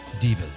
Divas